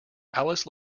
alice